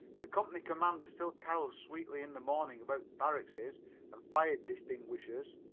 the company commander still carols sweetly in the morning about barrackses and fire distinguishers,